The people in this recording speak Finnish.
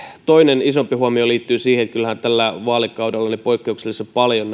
toinen isompi huomio liittyy siihen että kyllähän tällä vaalikaudella poikkeuksellisen paljon